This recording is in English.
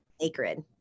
sacred